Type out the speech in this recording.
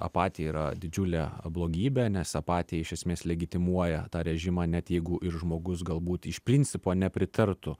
apatija yra didžiulė blogybė nes apatija iš esmės legitimuoja tą režimą net jeigu ir žmogus galbūt iš principo nepritartų